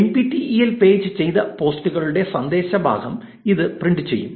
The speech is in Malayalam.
എൻപിടിഇഎൽ പേജ് ചെയ്ത പോസ്റ്റുകളുടെ സന്ദേശ ഭാഗം ഇത് പ്രിന്റ് ചെയ്യും